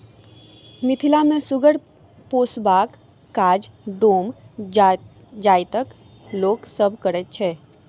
मिथिला मे सुगर पोसबाक काज डोम जाइतक लोक सभ करैत छैथ